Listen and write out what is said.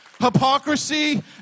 Hypocrisy